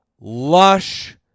lush